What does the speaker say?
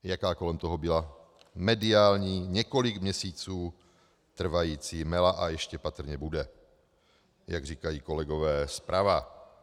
Jaká kolem toho byla mediální několik měsíců trvající mela a ještě patrně bude, jak říkají kolegové zprava.